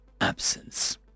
absence